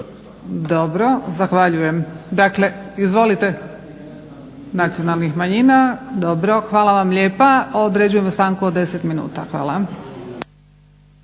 Dobro, zahvaljujem. Dakle, izvolite. Nacionalnih manjina, dobro. Hvala vam lijepa. Određujem stanku od 10 minuta. Hvala.